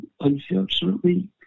Unfortunately